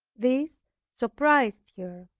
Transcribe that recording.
this surprised her,